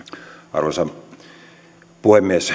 arvoisa puhemies